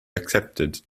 accepted